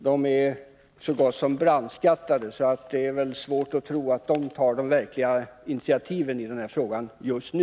Men de är så gott som brandskattade, så det är väldigt svårt att tro att de tar de verkliga initiativen i denna fråga just nu.